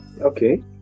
Okay